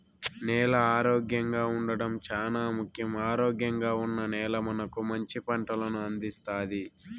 నేల ఆరోగ్యంగా ఉండడం చానా ముఖ్యం, ఆరోగ్యంగా ఉన్న నేల మనకు మంచి పంటలను అందిస్తాది